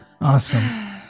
awesome